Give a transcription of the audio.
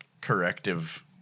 corrective